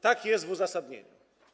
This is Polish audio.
Tak jest w uzasadnieniu.